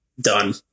done